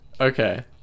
okay